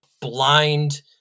blind